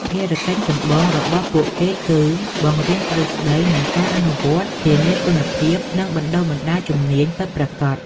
ភារកិច្ចចម្បងរបស់ពួកគេគឺ បង្រៀនទ្រឹស្ដីនិងការអនុវត្តន៍ ធានាគុណភាព និងបណ្តុះបណ្តាលជំនាញពិតប្រាកដ។